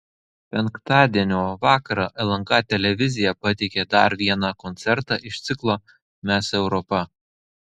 penktadienio vakarą lnk televizija pateikė dar vieną koncertą iš ciklo mes europa